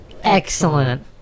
excellent